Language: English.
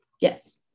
Yes